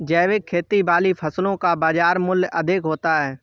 जैविक खेती वाली फसलों का बाज़ार मूल्य अधिक होता है